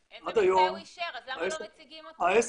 משרד הבריאות מעט חשש להקצות אלפי בדיקות לנוסעים והיוצאים